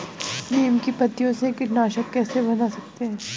नीम की पत्तियों से कीटनाशक कैसे बना सकते हैं?